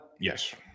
Yes